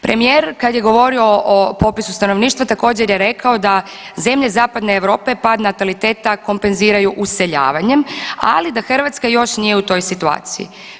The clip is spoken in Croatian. Premijer kad je govorio o popisu stanovništva također je rekao da zemlje Zapadne Europe pad nataliteta kompenziraju useljavanjem, ali da Hrvatska još nije u toj situaciji.